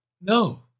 No